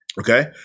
Okay